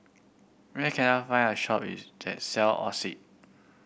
where can I find a shop that sell Oxy